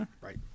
Right